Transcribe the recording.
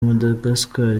madagascar